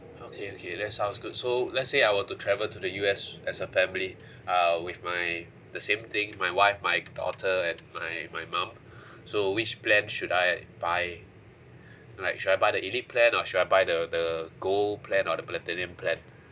okay okay that sounds good so let's say I were to travel to the U_S as a family uh with my the same thing my wife my daughter and my my mum so which plan should I buy like should I buy the elite plan or should I buy the the gold plan or the platinum plan